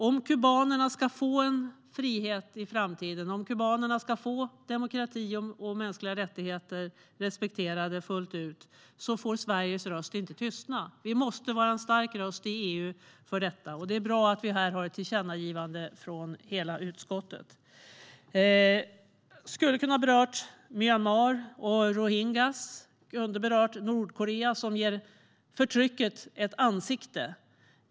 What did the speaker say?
Om kubanerna ska få en frihet i framtiden och demokrati och mänskliga rättigheter respekterade fullt ut får Sveriges röst inte tystna. Vi måste vara en stark röst i EU för detta. Det är bra att vi här har ett tillkännagivande från hela utskottet. Jag kunde ha berört Myanmar och rohingyafolket. Jag kunde ha berört Nordkorea som ger förtrycket ett ansikte.